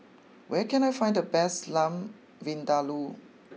where can I find the best Lamb Vindaloo